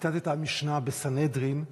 ציטטת משנה בסנהדרין ד',